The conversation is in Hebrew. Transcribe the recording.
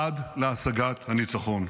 עד להשגת הניצחון.